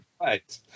right